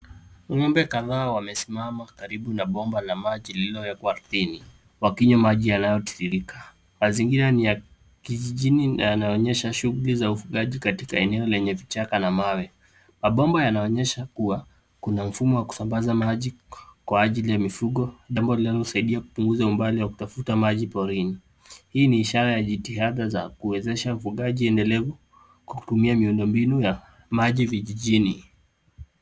Ng'ombe kadhaa wamesimama karibu na bomba la maji lililowekwa ardhini wakinywa maji yanayotiririka Mazingira ni ya kijijini na yanaonyesha shughuli za ufugaji katika eneo lenye vichaka na mawe. Mabomba yanaonyesha kuwa kuna mfumo wa kusambaza maji kwa ajili ya mifugo, jambo linalosaidia kupunguza umbali wa kutafuta maji porini. Hii ni ishara ya jitihada za kuwezesha ufugaji endelevu kutumia miundo mbinu ya maji vijijini.